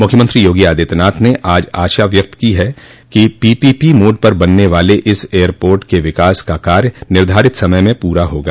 मुख्यमंत्री योगी आदित्यनाथ ने आशा व्यक्त की है कि पीपीपी मोड पर बनने वाले इस एयरपोर्ट के विकास का कार्य निर्धारित समय में पूरा होगा